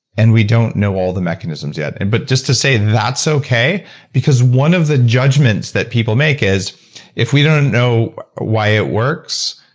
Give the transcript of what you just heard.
and we don't know all the mechanisms yet and but just to say that's okay because one of the judgments that people make is if we don't know why it works,